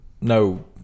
no